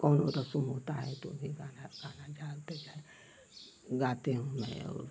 कौनो रस्म होता है तो भी गाना गाना जाएँ गाती हूँ मैं और